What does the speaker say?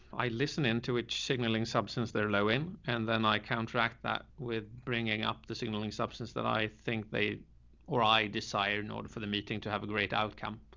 i listened into which signaling substance they're low in, and then i counteract that with bringing up the signaling substance that i think they or i decided in order for the meeting to have a great outcome.